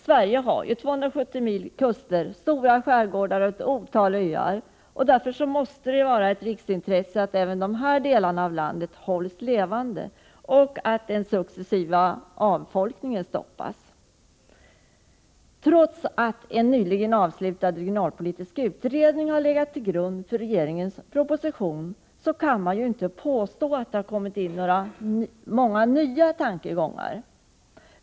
Sverige har 270 mil kuster, en stor skärgård och ett otal öar. Därför måste det vara ett riksintresse att även de här delarna av landet hålls levande och att den successiva avfolkningen stoppas. Trots att en nyligen avslutad regionalpolitisk utredning har legat till grund för regeringens proposition kan man inte påstå att det har kommit in särskilt många nya tankegångar.